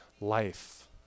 life